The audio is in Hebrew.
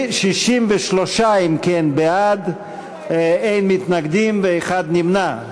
63, אם כן, בעד, אין מתנגדים ואחד נמנע.